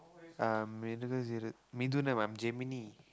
uh I'm Gemini